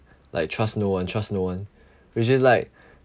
like trust no one trust no one which is like